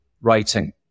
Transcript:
writing